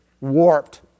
warped